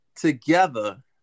together